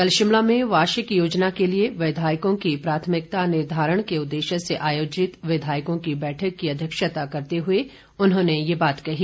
कल शिमला में वार्षिक योजना के लिए विधायकों की प्राथमिकता निर्धारण के उद्देश्य से आयोजित विधायकों की बैठक की अध्यक्षता करते हुए उन्होंने ये बात कही